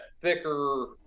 thicker